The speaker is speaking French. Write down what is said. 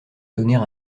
donner